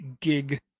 gig